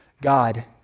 God